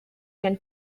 can